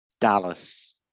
Dallas